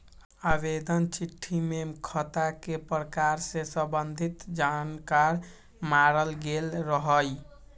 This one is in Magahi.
आवेदन चिट्ठी में खता के प्रकार से संबंधित जानकार माङल गेल रहइ